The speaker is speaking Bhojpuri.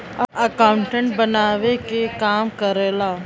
अकाउंटेंट बनावे क काम करेला